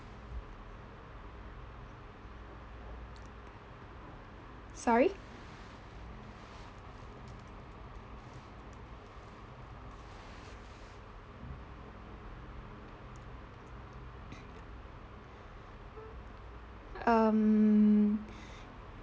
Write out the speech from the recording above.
sorry um